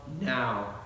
now